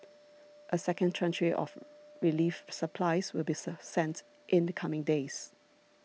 a second tranche of relief supplies will be sent in the coming days